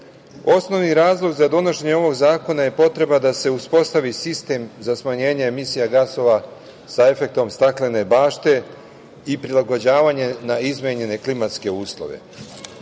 Srbiji. Osnovni razlog za donošenje ovog zakona je potreba da se uspostavi sistem za smanjenje emisija gasova sa efektom staklene bašte i prilagođavanje na izmenjene klimatske uslove. Ovo